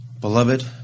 Beloved